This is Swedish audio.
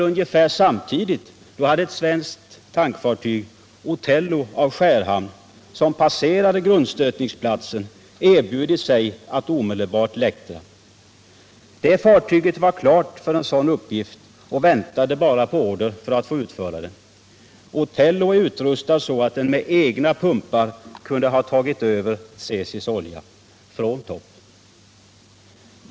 Ungefär samtidigt hade ju ett svenskt tankfartyg, Othello av Skärhamn, som passerade grundstötningsplatsen, erbjudit sig att omedelbart läktra. Det fartyget var klart för en sådan uppgift och väntade bara på order för att få utföra den. Othello är utrustad så att den med egna pumpar kunde ha tagit över Tsesis olja, ”från topp”.